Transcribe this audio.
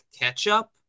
ketchup